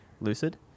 Lucid